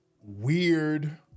weird